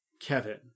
Kevin